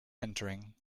entering